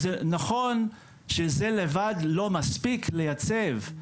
וזה נכון שזה לבד לא מספיק לייצב,